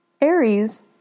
Aries